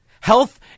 Health